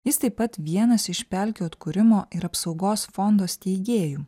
jis taip pat vienas iš pelkių atkūrimo ir apsaugos fondo steigėjų